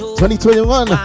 2021